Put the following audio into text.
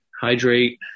hydrate